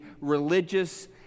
religious